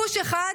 פוש אחד